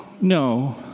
no